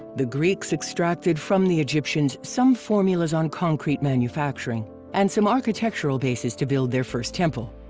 the greeks extracted from the egyptians some formulas on concrete manufacturing and some architectural bases to build their first temple.